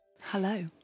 Hello